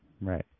Right